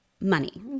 Money